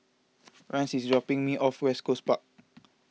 Rance is dropping me off West Coast Park